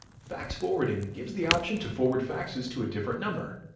fax forwarding gives the option to forward faxes to a different number.